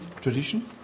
tradition